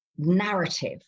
narrative